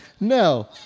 No